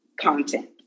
content